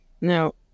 No